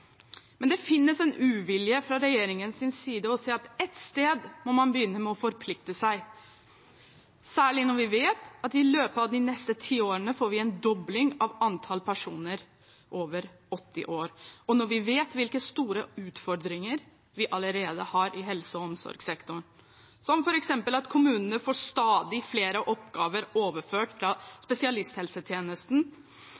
men det finnes en uvilje fra regjeringens side mot å si at ett sted må man begynne å forplikte seg – særlig når vi vet at i løpet av de neste ti årene får vi en dobling av antall personer over 80 år, når vi vet hvilke store utfordringer vi allerede har i helse- og omsorgssektoren, som f.eks. at kommunene får stadig flere oppgaver overført fra